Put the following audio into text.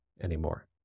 anymore